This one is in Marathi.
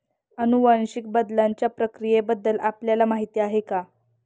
अनुवांशिक बदलाच्या प्रक्रियेबद्दल आपल्याला माहिती आहे का?